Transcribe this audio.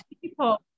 people